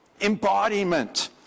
embodiment